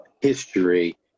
history